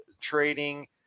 trading –